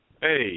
Hey